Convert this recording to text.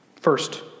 First